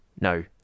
No